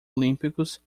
olímpicos